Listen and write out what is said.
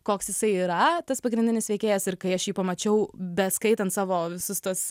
koks jisai yra tas pagrindinis veikėjas ir kai aš jį pamačiau beskaitant savo visus tuos